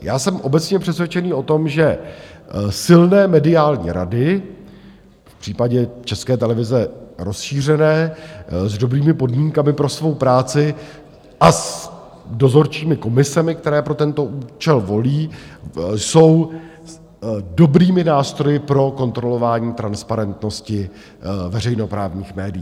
Já jsem obecně přesvědčený o tom, že silné mediální rady, v případě České televize rozšířené, s dobrými podmínkami pro svou práci a s dozorčími komisemi, které pro tento účel volí, jsou dobrými nástroji pro kontrolování transparentnosti veřejnoprávních médií.